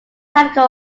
tactical